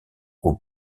aux